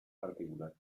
particular